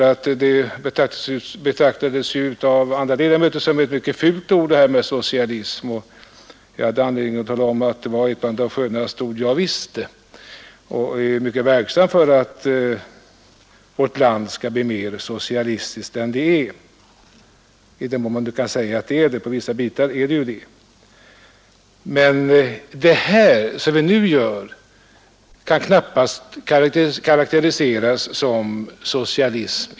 Socialism betraktades av andra ledamöter som ett fult ord och jag hade därför anledning tala om att det var ett av de skönaste ord som jag visste. Jag är mycket verksam för att vårt land skall bli mera socialistiskt än det är — i den mån man nu kan säga att det är socialistiskt, i vissa avseenden är det kanske det. Men de åtgärder som vi nu ämnar vidta kan knappast karakteriseras som socialism.